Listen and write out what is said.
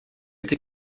été